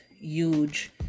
huge